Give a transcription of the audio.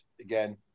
again